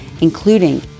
including